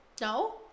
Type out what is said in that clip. No